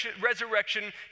resurrection